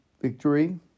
victory